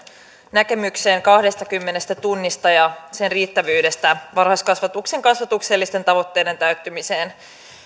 näkemykseen kahdestakymmenestä tunnista ja sen riittävyydestä varhaiskasvatuksen kasvatuksellisten tavoitteiden täyttymiseen